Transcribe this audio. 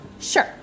Sure